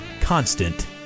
constant